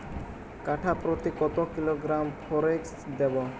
কাঠাপ্রতি কত কিলোগ্রাম ফরেক্স দেবো?